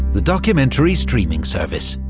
the documentary streaming service.